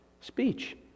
speech